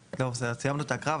סיימנו את ההקראה,